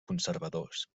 conservadors